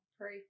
Pray